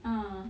uh